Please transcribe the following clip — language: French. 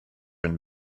une